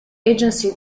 agency